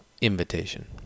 invitation